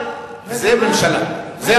וזה הממשלה.